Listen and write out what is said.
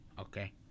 okay